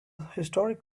historic